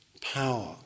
power